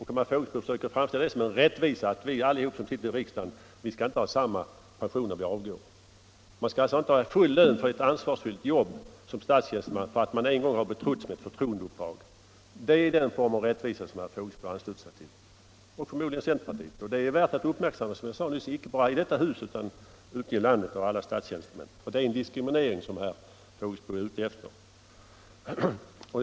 Herr Fågelsbo försöker framställa det som rättvisa att vi som sitter i riksdagen inte alla skall ha samma pension när vi avgår. Man skall inte ha full lön för ett ansvarsfullt jobb som statstjänsteman därför att man en gång har betrotts med ett förtroendeuppdrag. Det är den form av rättvisa som herr Fågelsbo ansluter sig till — och förmodligen centerpartiet. Som jag nyss sade är det värt att uppmärksamma, icke bara i detta hus utan bland alla statstjänstemän ute i landet. Det är en diskriminering som herr Fågelsbo är ute efter.